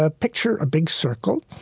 ah picture a big circle,